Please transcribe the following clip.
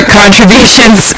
contributions